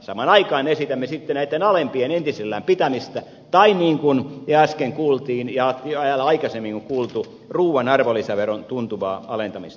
samaan aikaan esitämme sitten näitten alempien entisellään pitämistä tai niin kuin jo äsken kuultiin ja vielä aikaisemmin on kuultu ruuan arvonlisäveron tuntuvaa alentamista